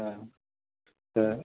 न त